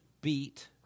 beat